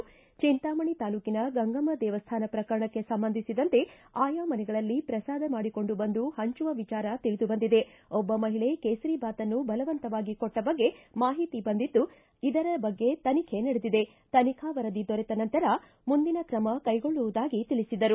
ಚಿಂತಾಮಣಿ ತಾಲ್ಲೂಕಿನ ಗಂಗಮ ದೇವಸ್ಥಾನ ಪ್ರಕರಣಕ್ಕೆ ಸಂಬಂಧಿಸಿದಂತೆ ಆಯಾ ಮನೆಗಳಲ್ಲಿ ಪ್ರಸಾದ ಮಾಡಿಕೊಂಡು ಬಂದು ಪಂಚುವ ವಿಚಾರ ತಿಳಿದು ಬಂದಿದೆ ಒಬ್ಬ ಮಹಿಳೆ ಕೇಸರಿ ಬಾತ್ನ್ನು ಬಲವಂತವಾಗಿ ಕೊಟ್ಟ ಬಗ್ಗೆ ಮಾಹಿತಿಯಿದ್ದು ಇದರ ಬಗ್ಗೆ ತನಿಖೆ ನಡೆದಿದೆ ತನಿಖಾ ವರದಿ ದೊರೆತ ನಂತರ ಮುಂದಿನ ಕ್ರಮ ಕೈಗೊಳ್ಳುವುದಾಗಿ ತಿಳಿಸಿದರು